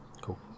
Cool